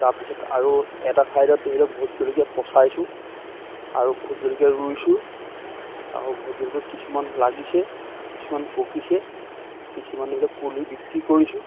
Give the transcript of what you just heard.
তাৰপিছত আৰু এটা ছাইডত ধৰি লওক ভোট জলকীয়া পচাইছোঁ আৰু ভোট জলকীয়া ৰুইছোঁ আৰু ভোট জলকীয়া কিছুমান লাগিছে কিছুমান পকিছে কিছুমান ধৰি লওক পুলি বিক্ৰী কৰিছোঁ